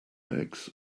eggs